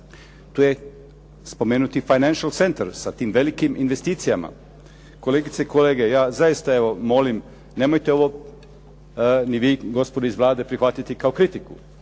Tu je spomenuti finacial centar sa tim velikim investicijama. Kolegice i kolege, ja zaista evo molim nemojte ovo ni vi gospodo iz Vlade prihvatiti kao kritiku,